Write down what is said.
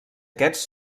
aquests